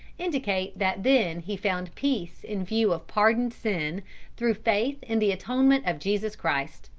indicate that then he found peace in view of pardoned sin through faith in the atonement of jesus christ.